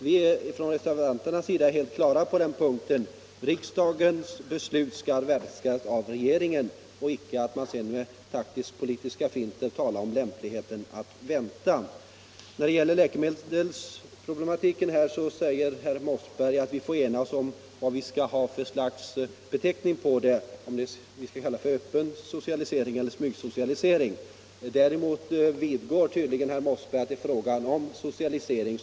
Vi reservanter har en klar uppfattning på den punkten: Riksdagens beslut skall verkställas av regeringen, och man skall inte göra den taktiskt-politiska finten att man talar om lämpligheten av att vänta. När det gäller läkemedelsproduktionen säger herr Mossberg att vi måste enas om vad vi skall ha för slags beteckning —- om vi skall kalla det för öppen socialisering eller smygsocialisering. Herr Mossberg vidgår tydligen att det är fråga om socialisering.